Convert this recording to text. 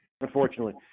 Unfortunately